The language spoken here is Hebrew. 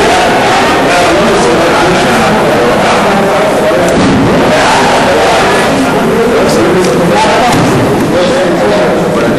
לוועדת החוקה, חוק ומשפט